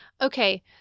Okay